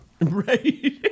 Right